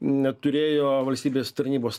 neturėjo valstybės tarnybos